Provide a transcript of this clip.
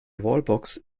wallbox